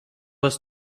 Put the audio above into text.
was